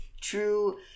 True